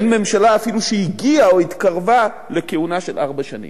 אין ממשלה שהגיעה או התקרבה אפילו לכהונה של ארבע שנים.